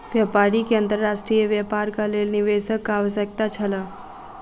व्यापारी के अंतर्राष्ट्रीय व्यापारक लेल निवेशकक आवश्यकता छल